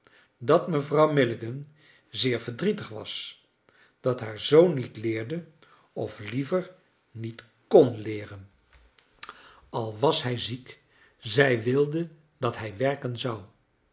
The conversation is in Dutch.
dat mevrouw milligan zeer verdrietig was dat haar zoon niet leerde of liever niet kon leeren al was hij ziek zij wilde dat hij werken zou